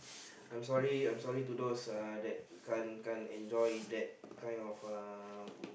I'm sorry I'm sorry to those uh that can't can't enjoy that kind of uh